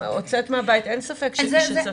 הוצאת מהבית - אין ספק שצריך.